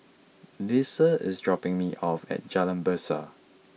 Lesa is dropping me off at Jalan Besar